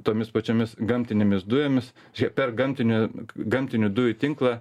tomis pačiomis gamtinėmis dujomis per gamtinių gamtinių dujų tinklą